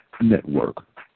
Network